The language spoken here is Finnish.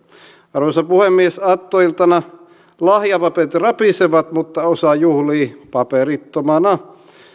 arvoisa puhemies aattoiltana lahjapaperit rapisevat mutta osa juhlii paperittomana